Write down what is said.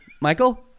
Michael